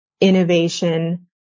innovation